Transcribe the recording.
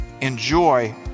Enjoy